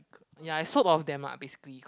ya I sop all of them ah basically